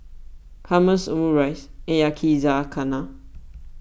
Hummus Omurice and Yakizakana